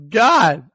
god